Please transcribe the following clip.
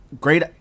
great